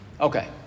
Okay